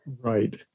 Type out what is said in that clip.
Right